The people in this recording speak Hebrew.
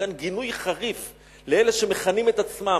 ומכאן גינוי חריף לאלה שמכנים את עצמם,